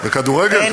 בכדורגל,